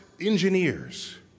engineers